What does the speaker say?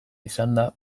izanda